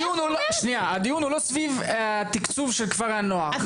הדיון הוא לא סביב התקצוב של כפר הנוער,